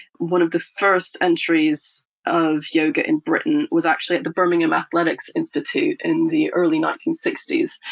one of the first entries of yoga in britain was actually at the birmingham athletics institute in the early nineteen sixty s,